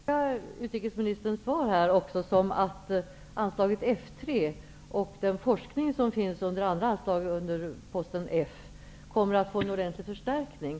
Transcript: Fru talman! Får jag tolka utrikesministerns svar som att anslaget F 3 och den forskning som finns under andra anslag i posten F kommer att få en ordentlig förstärkning?